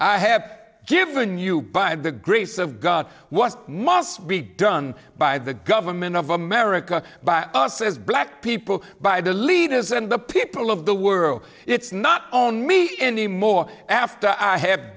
i have given you by the grace of god what must be done by the government of america by us as black people by the leaders and the people of the world its not own me anymore after i ha